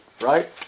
right